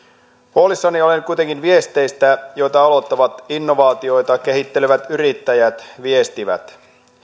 huolissani olen kuitenkin viesteistä joita aloittelevat innovaatioita kehittelevät yrittäjät viestivät